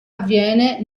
avviene